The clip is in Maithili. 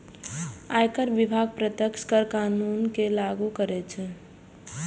आयकर विभाग प्रत्यक्ष कर कानून कें लागू करै छै